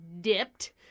dipped